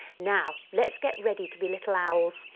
now, let's get ready to be little owls.